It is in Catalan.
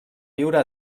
viure